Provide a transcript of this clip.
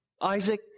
Isaac